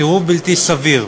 סירוב בלתי סביר.